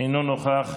אינו נוכח,